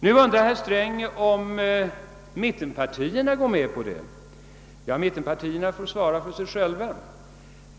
Nu undrar herr Sträng om mittenpartierna går med på detta, Ja, mittenpartierna får svara för sig själva.